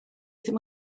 ddim